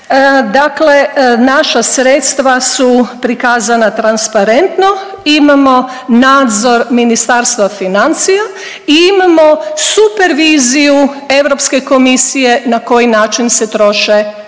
Dakle, naša sredstva su prikazana transparentno. Imamo nadzor Ministarstva financija i imamo superviziju Europske komisije na koji način se troše